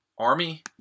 Army